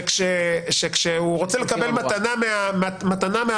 שכשהוא רוצה לקבל מתנה מהחמות,